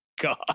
God